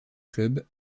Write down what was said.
club